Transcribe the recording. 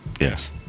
Yes